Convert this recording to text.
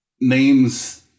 names